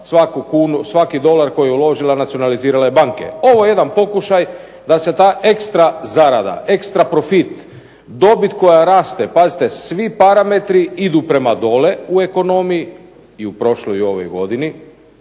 svaki dolar koju je uložila nacionalizirala je banke. Ovo je jedan pokušaj da se ta ekstra zarada, ekstra profit, dobit koja raste, pazite svi parametri idu prema dole u ekonomiji i u prošloj i u ovoj godini,